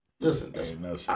Listen